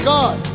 God